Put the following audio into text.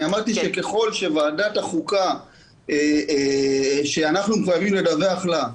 אמרתי שככל שוועדת החוקה שאנחנו מחויבים לדווח לה,